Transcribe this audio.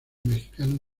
mexicanos